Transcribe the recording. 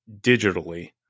digitally